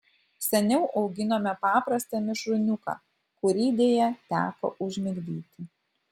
seniau auginome paprastą mišrūniuką kurį deja teko užmigdyti